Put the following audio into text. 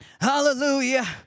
Hallelujah